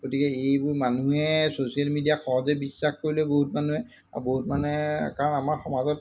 গতিকে এইবোৰ মানুহে ছ'চিয়েল মিডিয়াক সহজে বিশ্বাস কৰিলেও বহুত মানুহে আৰু বহুত মানুহে কাৰণ আমাৰ সমাজত